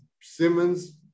Simmons